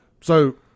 So-